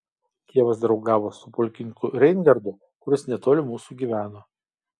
tėvas draugavo su pulkininku reingardu kuris netoli mūsų gyveno